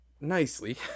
nicely